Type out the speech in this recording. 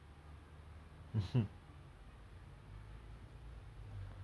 !aiyoyo! that time since the circuit breaker !aiyo! cannot take it already